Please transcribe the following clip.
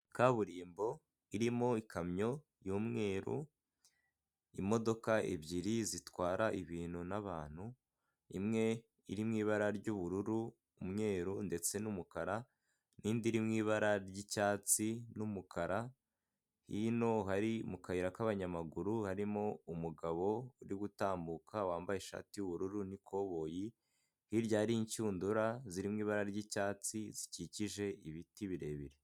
Kaburimbo irimo ikamyo y'umweru, imodoka ebyiri zitwara ibintu n'abantu, imwe iri mu ibara ry'ubururu, umweru ndetse n'umukara n'indi iri mu ibara ry'icyatsi n'umukara, hino hari mu kayira k'abanyamaguru harimo umugabo uri gutambuka wambaye ishati y'ubururu n'ikoboyi hirya, hari inshundura zirimo ibara ry'icyatsi zikikije ibiti birebire.